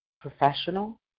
professional